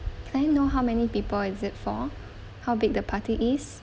can I know how many people is it for how big the party is